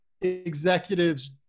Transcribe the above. executives